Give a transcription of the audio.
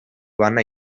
bana